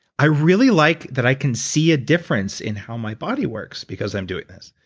i really like that i can see a difference in how my body works because i'm doing this,